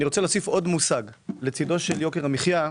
אני רוצה להוסיף עוד מושג לצדו של יוקר המחיה,